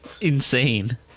Insane